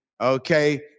okay